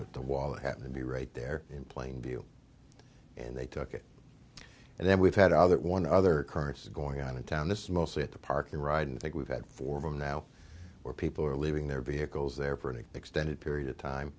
but the wallet happened to be right there in plain view and they took it and then we've had other one other currents going on in town this mostly at the park and ride and think we've had four of them now where people are leaving their vehicles there for an extended period of time